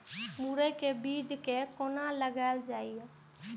मुरे के बीज कै कोना लगायल जाय?